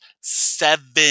seven